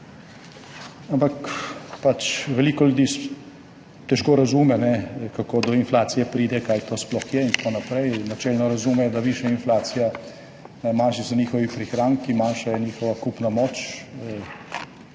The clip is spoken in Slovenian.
Ampak veliko ljudi težko razume, kako do inflacije pride, kaj to sploh je in tako naprej. Načeloma razumejo, višja kot je inflacija, manjši so njihovi prihranki, manjša je njihova kupna moč,